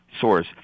source